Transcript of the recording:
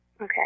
Okay